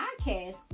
podcast